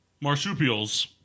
marsupials